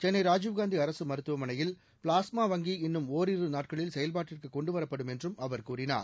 சென்னை ராஜீவ்காந்தி அரசு மருத்துவமனையில் ப்ளாஸ்மா வங்கி இன்னும் ஒரிரு நாட்களில் செயல்பாட்டிற்கு கொண்டுவரப்படும் என்றும் அவர் கூறினார்